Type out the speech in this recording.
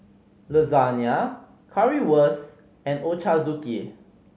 Lasagne Currywurst and Ochazuke